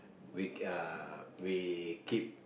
we uh we keep